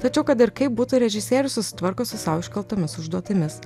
tačiau kad ir kaip būtų režisierius susitvarko su sau iškeltomis užduotimis